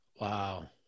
Wow